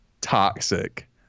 toxic